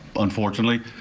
unfortunately,